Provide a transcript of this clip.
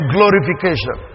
Glorification